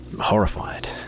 Horrified